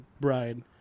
bride